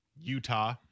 Utah